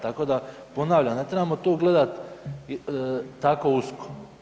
Tako da ponavljam, ne trebamo to gledat tako usko.